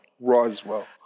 Roswell